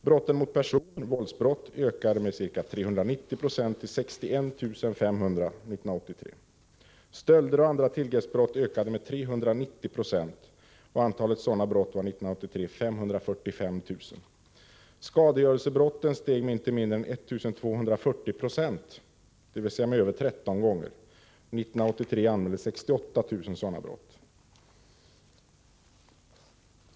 Brott mot person, våldsbrotten, ökade med ca 390 96 och var 61 500 år 1983. Stölder och andra tillgreppsbrott ökade med 390 96. Antalet sådana brott år 1983 var 545 000. Skadegörelsebrotten steg med inte mindre än 1240 26, dvs. med över 13 gånger. År 1983 anmäldes 68 000 sådana brott.